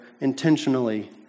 intentionally